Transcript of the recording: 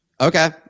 Okay